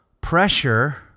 pressure